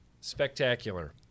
spectacular